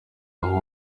aho